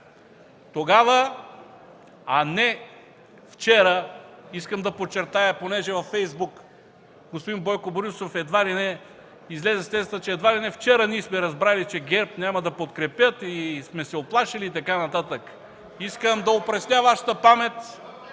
комисия. Искам да подчертая, че във Фейсбук господин Бойко Борисов излезе с тезата, че едва ли не вчера ние сме разбрали, че ГЕРБ няма да подкрепят, че сме се уплашили и така нататък. Искам да опресня Вашата памет,